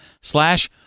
slash